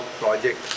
project